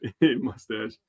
mustache